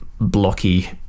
blocky